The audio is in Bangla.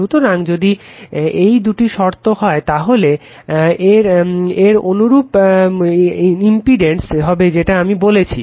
সুতরাং যদি এই দুটি শর্ত হয় তাহলে এর অনুরূপ ইমপিডেন্স হবে যেটা আমি বলেছি